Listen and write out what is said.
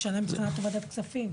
זה משנה מבחינת וועדת כספים.